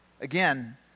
Again